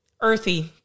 Earthy